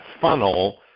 funnel